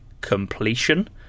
completion